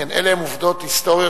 לכן אלה הן עובדות היסטוריות,